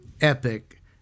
epic